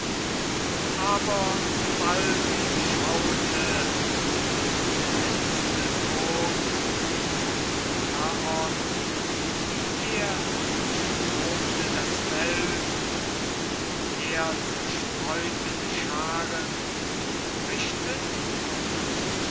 aber sobald ihn schaute der glänzende sohn des lykaon wie er durchtobte das feld und umher zerstreute die scharen richtet auf